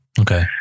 Okay